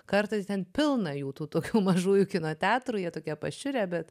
kartą tai ten pilna jų tokių mažųjų kino teatrų jie tokie pašiurę bet